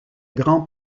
grand